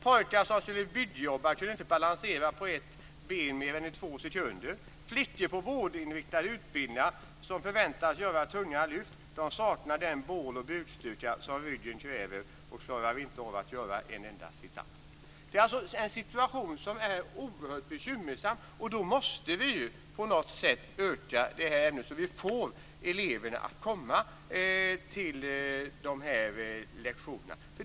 Pojkar som ska bli byggjobbare kan inte balansera på ett ben mer än i två sekunder. Flickor på vårdinriktade utbildningar som förväntas göra tunga lyft saknar den bål och bukstyrka som ryggen kräver och klarar inte att göra en enda sit-up. Det är en situation som är oerhört bekymmersam. Vi måste på något sätt öka antalet timmar i ämnet så att vi får eleverna att komma till lektionerna.